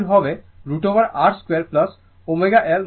magnitude হবে √ over R 2 ω L ω c 2